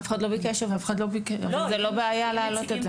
אף אחד לא ביקש אבל זה לא בעיה להעלות את זה.